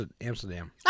Amsterdam